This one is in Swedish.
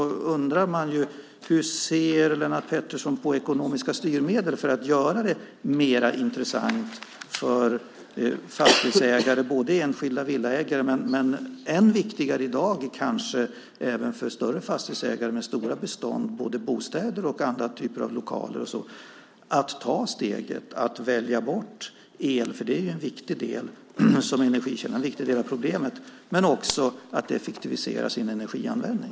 Hur ser Lennart Pettersson på ekonomiska styrmedel för att göra det mer intressant för både enskilda villaägare och, vilket kanske är än viktigare i dag, fastighetsägare av större bestånd, både bostäder och olika typer av lokaler, att ta steget att välja bort el som energikälla, som ju är en viktig del av problemet, men också att effektivisera sin energianvändning?